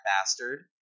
bastard